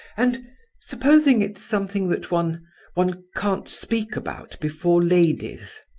and supposing it's something that one one can't speak about before ladies?